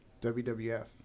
WWF